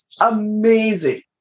Amazing